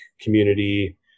community